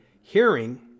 hearing